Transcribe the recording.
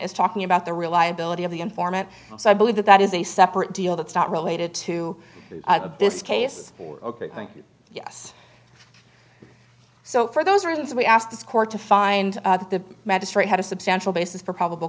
is talking about the reliability of the informant so i believe that that is a separate deal that's not related to this case ok thank you yes so for those reasons we asked this court to find out the magistrate had a substantial basis for probable